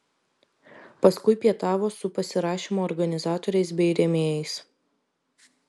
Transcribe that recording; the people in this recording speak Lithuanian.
paskui pietavo su pasirašymo organizatoriais bei rėmėjais